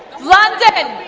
london,